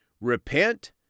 repent